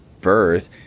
birth